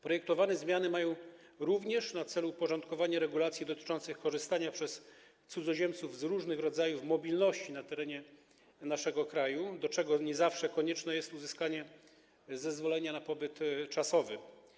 Projektowane zmiany mają również na celu uporządkowanie regulacji dotyczących korzystania przez cudzoziemców z różnych rodzajów mobilności na terenie naszego kraju, do czego nie zawsze konieczne jest uzyskanie zezwolenia na pobyt czasowy.